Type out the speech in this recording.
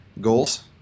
goals